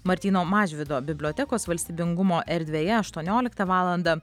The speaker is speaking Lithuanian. martyno mažvydo bibliotekos valstybingumo erdvėje aštuonioliktą valandą